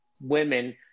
women